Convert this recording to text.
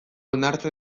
onartzen